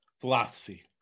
philosophy